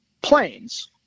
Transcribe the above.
planes